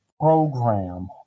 program